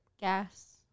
gas